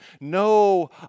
No